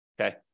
okay